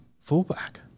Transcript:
fullback